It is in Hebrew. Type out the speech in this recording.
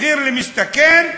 מחיר למשתכן,